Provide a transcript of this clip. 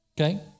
Okay